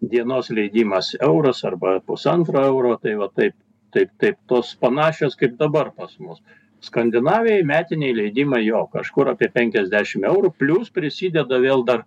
dienos leidimas euras arba pusantro euro tai va taip taip taip tos panašios kaip dabar pas mus skandinavijoj metiniai leidimai jo kažkur apie penkiasdešim eurų plius prisideda vėl dar